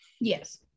yes